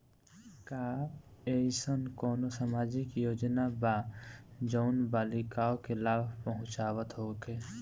का एइसन कौनो सामाजिक योजना बा जउन बालिकाओं के लाभ पहुँचावत होखे?